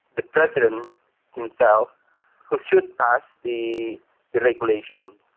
the president himself who should pass the regulation.